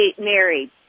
married